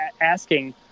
asking